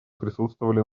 присутствовали